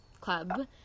Club